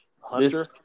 Hunter